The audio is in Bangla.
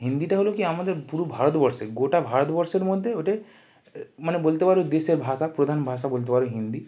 হিন্দিটা হলো কি আমাদের পুরো ভারতবর্ষে গোটা ভারতবর্ষের মধ্যে ওটাই মানে বলতে পারো দেশে ভাষা প্রধান ভাষা বলতে পারো হিন্দি